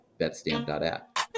betstamp.app